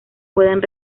pueden